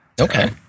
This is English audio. Okay